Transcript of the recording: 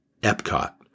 Epcot